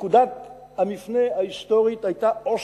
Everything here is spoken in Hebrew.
נקודת המפנה ההיסטורית היתה אוסלו.